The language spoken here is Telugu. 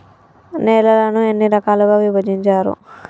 నేలలను ఎన్ని రకాలుగా విభజించారు?